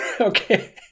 Okay